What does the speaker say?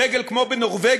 דגל כמו בנורבגיה